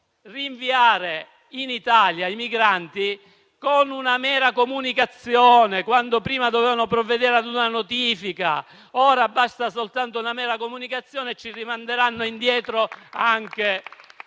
rinviare in Italia i migranti con una mera comunicazione, quando prima dovevano provvedere ad una notifica. Ora basta una mera comunicazione e rimanderanno indietro anche